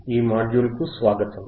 ఈ మాడ్యూల్కు స్వాగతం